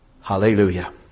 hallelujah